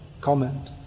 comment